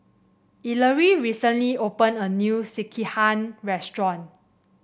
Ellery recently opened a new Sekihan Restaurant